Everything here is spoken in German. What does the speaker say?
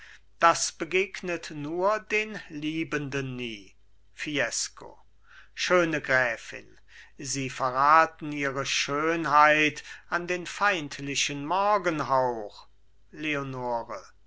das begegnet nur den liebenden nie fiesco schöne gräfin sie verraten ihre schönheit an den feindlichen morgenhauch leonore